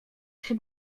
się